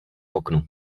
oknu